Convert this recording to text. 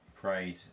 prayed